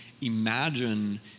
imagine